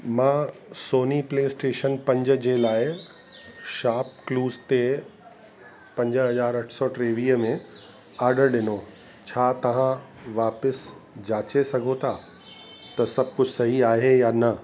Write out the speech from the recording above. मां Sony PlayStation पंज जे लाइ शॉपक्लूज ते पंज हज़ार अठ सौ टेवीह में ऑडर ॾिनो छा तव्हां वापिसि जांचे सघो था त सभु कुझु सही आहे या न